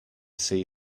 see